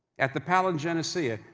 at the palingenesia,